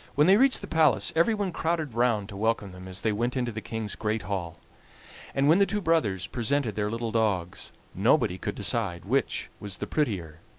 when they reached the palace everyone crowded round to welcome them as they went into the king's great hall and when the two brothers presented their little dogs nobody could decide which was the prettier.